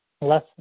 Less